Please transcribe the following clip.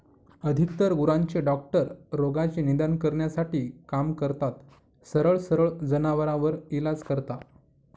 अधिकतर गुरांचे डॉक्टर रोगाचे निदान करण्यासाठी काम करतात, सरळ सरळ जनावरांवर इलाज करता